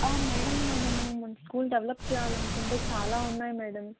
madam మనము మన school develop చెయ్యాలనుకుంటే చాలా ఉన్నాయి మేడం